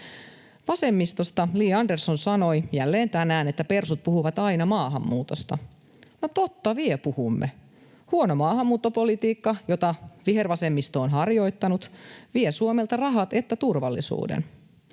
Vasemmistosta Li Andersson sanoi jälleen tänään, että persut puhuvat aina maahanmuutosta. No totta vie puhumme. Huono maahanmuuttopolitiikka, jota vihervasemmisto on harjoittanut, vie Suomelta sekä rahat että turvallisuuden.